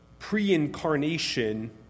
pre-incarnation